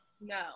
No